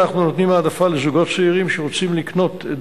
אנחנו נותנים העדפה לזוגות צעירים שרוצים לקנות את